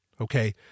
Okay